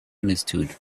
understood